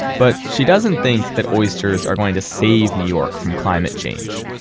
but she doesn't think that oysters are going to save new york from climate change.